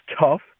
tough